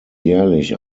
jährlich